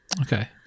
okay